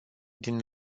din